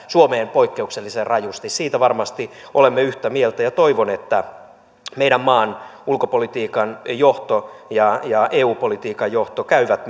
suomeen poikkeuksellisen rajusti siitä varmasti olemme yhtä mieltä toivon että meidän maan ulkopolitiikan johto ja ja eu politiikan johto käyvät